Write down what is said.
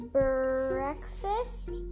breakfast